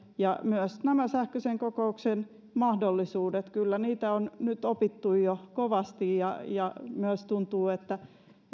ja myös nämä sähköisen kokouksen mahdollisuudet kyllä niitä on nyt jo opittu kovasti ja ja myös tuntuu siltä että